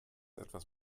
etwas